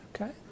Okay